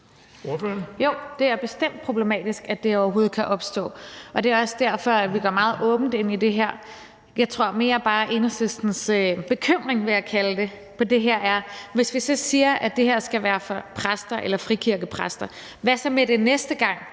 det er bestemt problematisk, at det overhovedet kan opstå, og det er også derfor, vi går meget åbent ind i det her. Jeg tror mere bare, at Enhedslistens bekymring, vil jeg kalde det, er, at hvis vi så siger, at det her skal være for præster eller frikirkepræster, hvad så med, næste gang